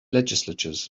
legislatures